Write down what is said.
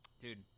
Dude